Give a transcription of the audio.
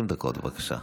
20 דקות, בבקשה.